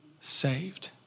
saved